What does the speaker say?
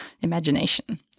Imagination